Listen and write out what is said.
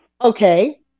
Okay